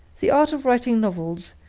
the art of writing novels,